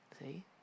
see